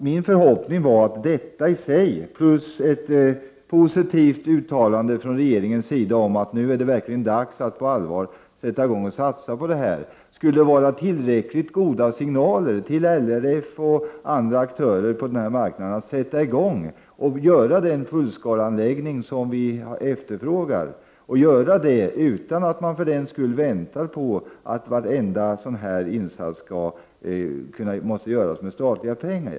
Min förhoppning var att detta i sig, plus ett positivt uttalande från regeringens sida om att det nu verkligen är dags att på allvar satsa på detta, skulle vara tillräckligt goda signaler till LRF och andra aktörer på den här marknaden om att sätta i gång och bygga den fullskaleanläggning som vi efterfrågar, utan att man för den skull väntar på att varenda insats skall göras med statliga pengar.